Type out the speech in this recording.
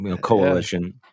coalition